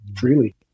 freely